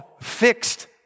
fixed